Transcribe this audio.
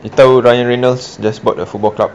you tahu ryan reynolds just bought a football club